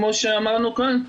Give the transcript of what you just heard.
כפי שאמרנו כאן,